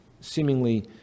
seemingly